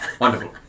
Wonderful